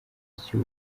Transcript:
icyo